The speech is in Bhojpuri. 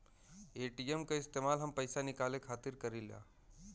ए.टी.एम क इस्तेमाल हम पइसा निकाले खातिर करीला